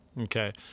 Okay